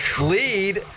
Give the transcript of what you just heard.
lead